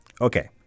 Okay